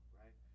right